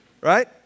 Right